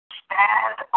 stand